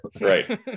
Right